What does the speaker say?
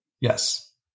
Yes